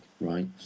right